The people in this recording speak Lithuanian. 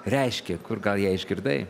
reiškia kur gal ją išgirdai